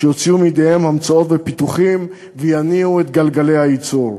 שיוציאו מידיהם המצאות ופיתוחים ויניעו את גלגלי הייצור.